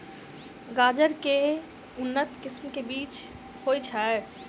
गाजर केँ के उन्नत किसिम केँ बीज होइ छैय?